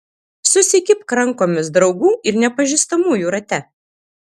susikibk rankomis draugų ir nepažįstamųjų rate